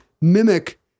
mimic